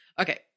Okay